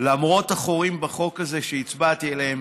למרות החורים בחוק הזה שהצבעתי עליהם,